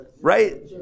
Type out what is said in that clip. right